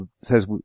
says